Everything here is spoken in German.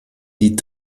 die